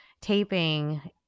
taping